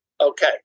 Okay